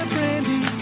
Brandy